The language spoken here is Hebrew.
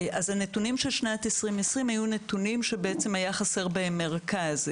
אז הנתונים של שנת 2020 הם נתונים שחסר בהם מרכז,